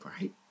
right